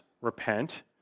repent